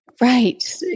Right